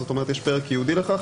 כלומר יש פרק ייעודי לכך.